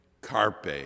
carpe